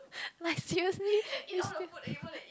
like seriously